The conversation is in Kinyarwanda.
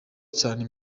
cyane